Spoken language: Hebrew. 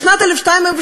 בשנת 2012,